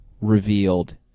revealed